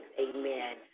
amen